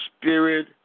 spirit